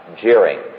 jeering